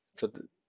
so the